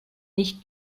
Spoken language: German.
nicht